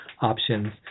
options